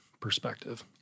Perspective